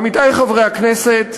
עמיתי חברי הכנסת,